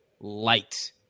light